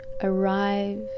arrive